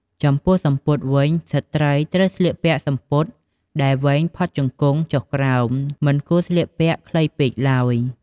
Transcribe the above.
ចំពោះសំពត់វិញ ស្រ្តីត្រូវស្លៀកសំពត់ដែលវែងផុតជង្គង់ចុះក្រោម មិនគួរស្លៀកខ្លីពេកទ្បើយ។